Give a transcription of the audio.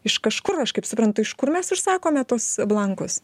iš kažkur aš kaip suprantu iš kur mes užsakome tuos blankus